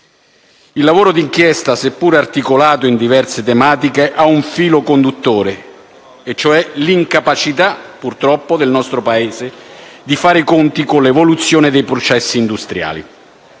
Il lavoro d'inchiesta, seppur articolato in diverse tematiche, ha un filo conduttore e cioè l'incapacità del nostro Paese, purtroppo, di fare i conti con l'evoluzione dei processi industriali